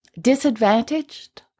disadvantaged